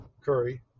curry